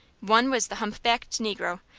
one was the hump-backed negro,